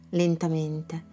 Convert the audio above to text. lentamente